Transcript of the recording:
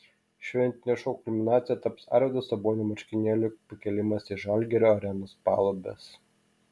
šventinio šou kulminacija taps arvydo sabonio marškinėlių pakėlimas į žalgirio arenos palubes